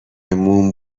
موم